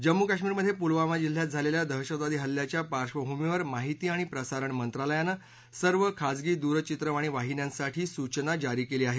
जम्मू कश्मीरमधे पुलवामा जिल्ह्यात झालेल्या दहशतवादी हल्ल्याच्या पार्श्वभूमीवर माहिती आणि प्रसारण मंत्रालयानं सर्व खाजगी दूरचित्रवाणी वाहिन्यांसाठी सूचना जारी केली आहे